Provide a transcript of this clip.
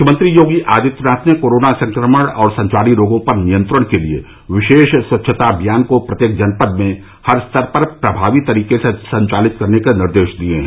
मुख्यमंत्री योगी आदित्यनाथ ने कोरोना संक्रमण और संचारी रोगों पर नियंत्रण के लिए विशेष स्वच्छता अभियान को प्रत्येक जनपद में हर स्तर पर प्रभावी तरीके से संचालित करने के निर्देश दिए हैं